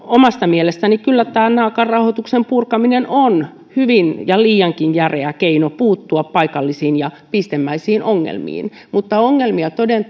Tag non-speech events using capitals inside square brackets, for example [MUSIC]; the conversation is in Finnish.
omasta mielestäni kyllä tämä naakan rauhoituksen purkaminen on hyvin ja liiankin järeä keino puuttua paikallisiin ja pistemäisiin ongelmiin mutta ongelmia toden [UNINTELLIGIBLE]